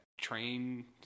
train